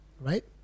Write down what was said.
right